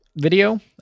video